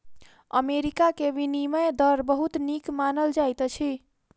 America के विनिमय दर बहुत नीक मानल जाइत अछि